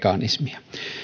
mekanismia